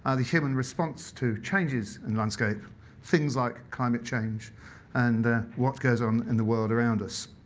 ah the human response to changes in landscape things like climate change and what goes on in the world around us.